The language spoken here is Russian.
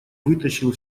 вытащил